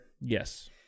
Yes